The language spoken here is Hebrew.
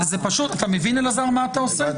אתה מבין, אלעזר, מה אתה עושה?